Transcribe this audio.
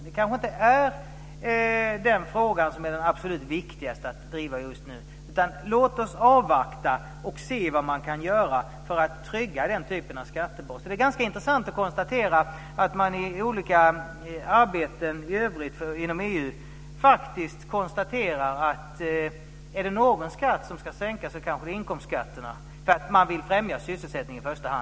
Det kanske inte är den frågan som är den absolut viktigaste att driva just nu. Låt oss avvakta och se vad man kan göra för att trygga den typen av skattebas. Det är ganska intressant att man i olika arbeten i övrigt inom EU konstaterar att om det är någon skatt som ska sänkas så är det inkomstskatten, därför att man i första hand vill främja sysselsättningen.